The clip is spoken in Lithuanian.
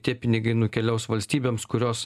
tie pinigai nukeliaus valstybėms kurios